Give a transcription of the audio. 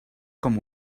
com